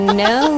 no